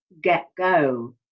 get-go